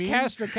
Castro